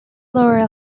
laurel